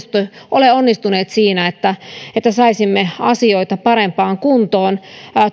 ole onnistuneet siinä että että saisimme asioita parempaan kuntoon